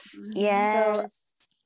yes